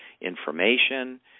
information